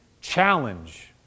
challenge